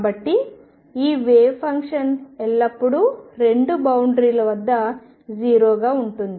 కాబట్టి ఆ wave function ఎల్లప్పుడూ రెండు బౌండరీల వద్ద 0గా ఉంటుంది